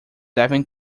devem